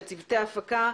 לצוותי ההפקה,